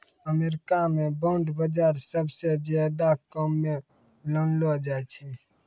अमरीका म बांड बाजार सबसअ ज्यादा काम म लानलो जाय छै